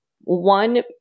one